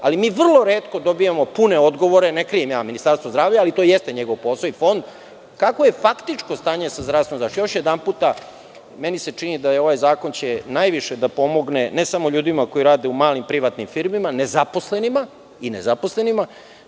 ali mi vrlo retko dobijamo pune odgovore, ne krijem ja, Ministarstvo zdravlja, ali to jeste njegov posao i Fond, kakvo je faktičko stanje sa zdravstvenom zaštitom? Još jedanput, meni se čini da će ovaj zakon najviše da pomogne ne samo ljudima koji rade u malim privatnim firmama, nezaposlenima kojih je sve više,